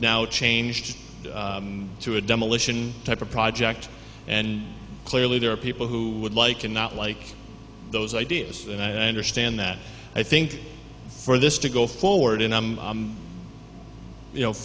now changed to a demolition type of project and clearly there are people who would like to not like those ideas and i understand that i think for this to go forward in i'm you know